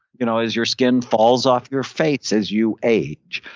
you know as your skin falls off your face as you age?